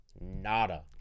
Nada